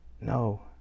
No